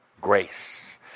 grace